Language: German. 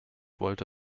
wollte